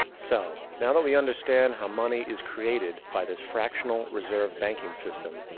so, now that we understand how money is created by this fractional reserve banking system.